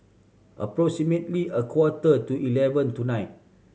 approximately a quarter to eleven tonight